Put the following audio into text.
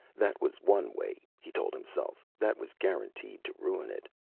that was one way, he told himself, that was guaranteed to ruin it.